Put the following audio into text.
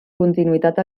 continuïtat